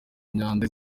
imyanda